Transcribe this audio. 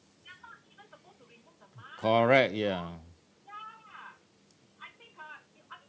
correct ya